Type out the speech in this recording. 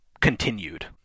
continued